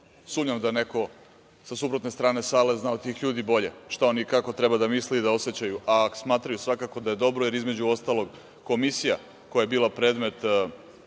sumnjam da neko sa suprotne strane sale zna od tih ljudi bolje kako oni treba da misle i da osećaja, a smatraju svakako da je dobro jer između ostalog komisija je bila predmet